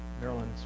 Maryland